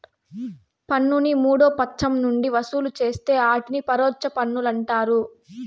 పన్నుని మూడో పచ్చం నుంచి వసూలు చేస్తే ఆటిని పరోచ్ఛ పన్నులంటారు